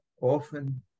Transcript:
often